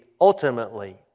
ultimately